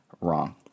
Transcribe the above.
wrong